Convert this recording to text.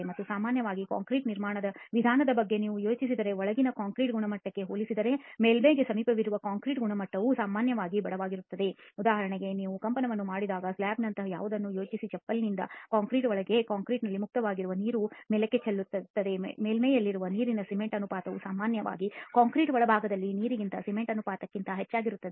ಮತ್ತು ಸಾಮಾನ್ಯವಾಗಿ ಕಾಂಕ್ರೀಟ್ ನಿರ್ಮಾಣದ ವಿಧಾನದ ಬಗ್ಗೆ ನೀವು ಯೋಚಿಸಿದರೆ ಒಳಗಿನ ಕಾಂಕ್ರೀಟ್ ಗುಣಮಟ್ಟಕ್ಕೆ ಹೋಲಿಸಿದರೆ ಮೇಲ್ಮೈಗೆ ಸಮೀಪವಿರುವ ಕಾಂಕ್ರೀಟ್ ಗುಣಮಟ್ಟವು ಸಾಮಾನ್ಯವಾಗಿ ಬಡವಾಗಿರುತ್ತದೆ ಉದಾಹರಣೆಗೆ ನೀವು ಕಂಪನವನ್ನು ಮಾಡುವಾಗ ಸ್ಲ್ಯಾಬ್ ನಂತಹ ಯಾವುದನ್ನಾದರೂ ಯೋಚಿಸಿ ಚಪ್ಪಡಿಯಲ್ಲಿನ ಕಾಂಕ್ರೀಟ್ ಒಳಗಿನ ಕಾಂಕ್ರೀಟ್ನ ಲ್ಲಿ ಮುಕ್ತವಾಗಿರುವ ನೀರು ಮೇಲಕ್ಕೆ ಚಲಿಸುತ್ತದೆ ಮತ್ತು ಮೇಲ್ಮೈಯಲ್ಲಿರುವ ನೀರಿನ ಸಿಮೆಂಟ್ ಅನುಪಾತವು ಸಾಮಾನ್ಯವಾಗಿ ಕಾಂಕ್ರೀಟ್ನ ಒಳಭಾಗದಲ್ಲಿ ನೀರಿಗಿಂತ ಸಿಮೆಂಟ್ ಅನುಪಾತಕ್ಕಿಂತ ಹೆಚ್ಚಾಗಿರುತ್ತದೆ